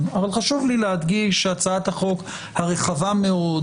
אבל חשוב לי להדגיש שהצעת החוק הרחבה מאוד,